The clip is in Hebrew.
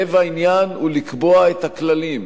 לב העניין הוא לקבוע את הכללים שאומרים: